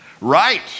Right